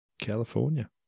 California